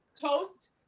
Toast